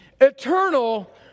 eternal